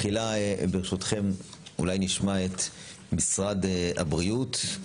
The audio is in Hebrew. ברשותכם, נשמע בתחילה את משרד הבריאות.